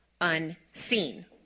Unseen